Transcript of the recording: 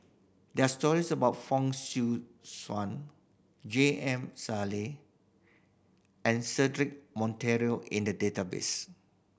there are stories about Fong Swee Suan J M Sali and Cedric Monteiro in the database